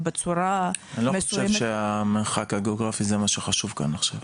אני לא חושב שהמרחק הגיאוגרפי זה מה שחשוב כאן עכשיו.